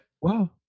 Wow